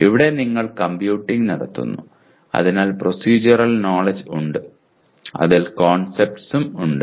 ഇവിടെ നിങ്ങൾ കമ്പ്യൂട്ടിംഗ് നടത്തുന്നു അതിനാൽ പ്രോസെഡ്യൂറൽ നോലെഡ്ജ് ഉണ്ട് അതിൽ കോൺസെപ്റ്റസും ഉണ്ട്